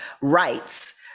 rights